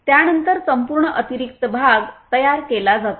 त्यानंतर संपूर्ण अतिरिक्त भाग तयार केला जातो